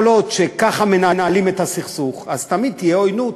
כל עוד ככה מנהלים את הסכסוך, תמיד תהיה עוינות.